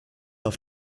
auf